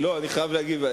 אני חייב להגיב.